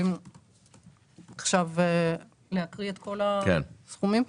עכשיו להקריא את כל הסכומים?